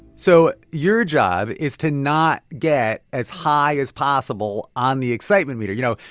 so your job is to not get as high as possible on the excitement meter. you know,